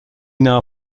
now